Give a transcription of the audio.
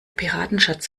piratenschatz